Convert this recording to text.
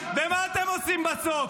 ומה אתם עושים בסוף?